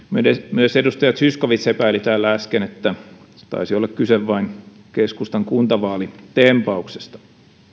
myös edustaja zyskowicz epäili täällä äsken että taisi olla kyse vain keskustan kuntavaalitempauksesta